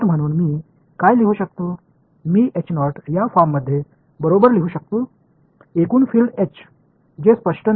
தெளிவாக இல்லாத மொத்த புலம் H என்பது மொத்த புலம் இன் தொகை என்று நாம் கூறலாம்